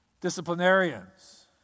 disciplinarians